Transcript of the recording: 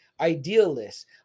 idealists